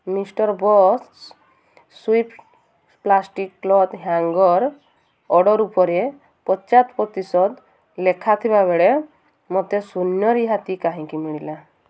mister boss Swift plastic cloth hanger order ଉପରେ ପଚାଶ ପ୍ରତିଶତ ଲେଖା ଥିବାବେଳେ ମୋତେ ଶୂନ ରିହାତି କାହିଁକି ମିଳିଲା